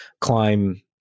climb